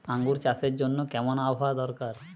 আঙ্গুর চাষের জন্য কেমন আবহাওয়া দরকার?